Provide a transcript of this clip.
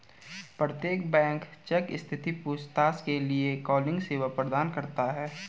प्रत्येक bank cheque स्थिति पूछताछ के लिए कॉलिंग सेवा प्रदान करता हैं